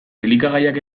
elikagaiak